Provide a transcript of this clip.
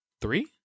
Three